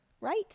right